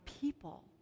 people